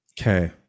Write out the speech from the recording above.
Okay